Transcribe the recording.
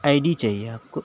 آئی D چاہیے آپ کو